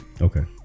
Okay